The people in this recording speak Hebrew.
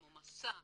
כמו מס"ע